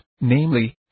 namely